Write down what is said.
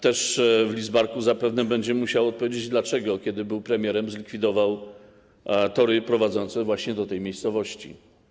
Też w Lidzbarku zapewne będzie musiał odpowiedzieć, dlaczego, kiedy był premierem, zlikwidował tory prowadzące właśnie do tej miejscowości.